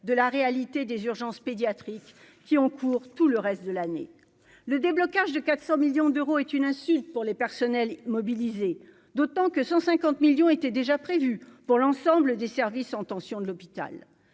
de la réalité des urgences pédiatriques qui cours tout le reste de l'année, le déblocage de 400 millions d'euros, est une insulte pour les personnels mobilisés, d'autant que 150 millions étaient déjà prévues pour l'ensemble des services en tension de l'hôpital,